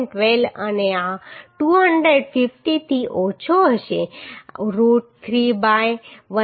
12 અને આ 250 થી ઓછો હશે રૂટ 3 બાય 1